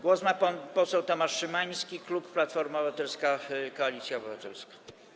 Głos ma pan poseł Tomasz Szymański, klub Platforma Obywatelska - Koalicja Obywatelska.